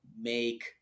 make